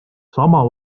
sama